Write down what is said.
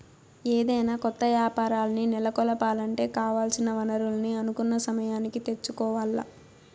ఏదైనా కొత్త యాపారాల్ని నెలకొలపాలంటే కావాల్సిన వనరుల్ని అనుకున్న సమయానికి తెచ్చుకోవాల్ల